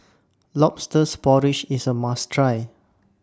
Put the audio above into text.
Lobsters Porridge IS A must Try